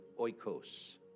oikos